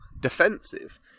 defensive